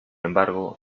embargo